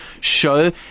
show